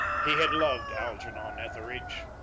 he had loved algernon etheridge.